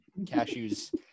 cashews